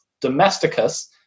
domesticus